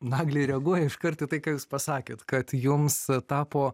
nagli reaguoju iškart į tai ką jūs pasakėt kad jums tapo